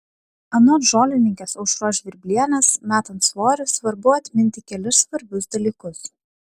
anot žolininkės aušros žvirblienės metant svorį svarbu atminti kelis svarbius dalykus